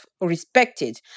respected